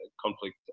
conflict